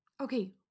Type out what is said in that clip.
Okay